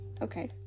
Okay